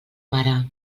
mare